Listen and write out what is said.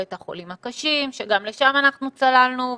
ואת החולים הקשים שגם לשם אנחנו צללנו.